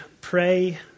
pray